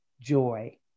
joy